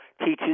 teaches